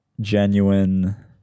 genuine